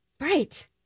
Right